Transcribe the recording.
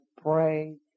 Pray